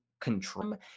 control